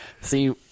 See